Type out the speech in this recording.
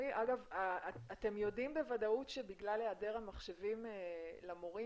אתם יודעים בוודאות שבגלל היעדר מחשבים למורים